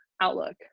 outlook